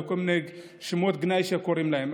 בכל מיני שמות גנאי שקוראים להם.